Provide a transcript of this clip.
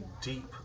deep